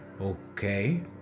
Okay